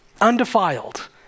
undefiled